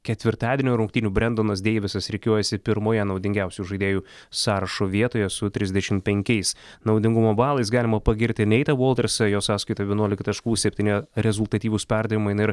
ketvirtadienio rungtynių brendonas deivisas rikiuojasi pirmoje naudingiausių žaidėjų sąrašo vietoje su trisdešimt penkiais naudingumo balais galima pagirti neitą voltersą jo sąskaitoje vienuolika taškų septyni rezultatyvūs perdavimai na ir